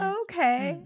okay